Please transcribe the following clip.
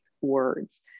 words